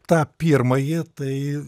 tą pirmąjį tai